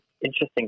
interesting